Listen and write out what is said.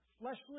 fleshly